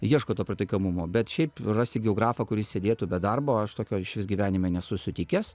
ieško to pritaikomumo bet šiaip rasti geografą kuris sėdėtų be darbo aš tokio išvis gyvenime nesu sutikęs